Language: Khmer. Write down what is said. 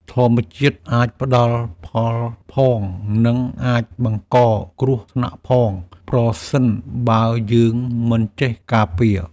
ធម្មជាតិអាចផ្តល់ផលផង និងអាចបង្កគ្រោះថ្នាក់ផង ប្រសិនបើយើងមិនចេះការពារ។